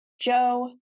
Joe